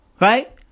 Right